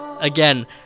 again